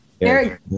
Eric